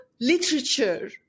literature